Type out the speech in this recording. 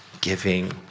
giving